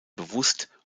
bewusst